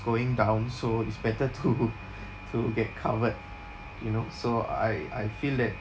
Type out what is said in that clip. going down so it's better to to get covered you know so I I feel that